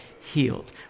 healed